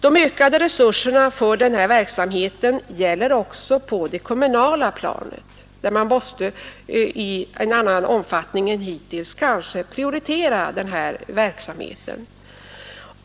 De ökade resurserna för narkomanvården gäller även på det kommunala planet, där man i en annan omfattning än hittills kanske måste prioritera denna verksamhet.